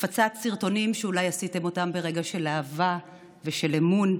הפצת סרטונים שאולי עשיתם אותם ברגע של אהבה ושל אמון,